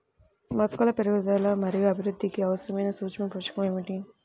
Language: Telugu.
మొక్కల పెరుగుదల మరియు అభివృద్ధికి అవసరమైన సూక్ష్మ పోషకం ఏమిటి?